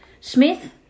Smith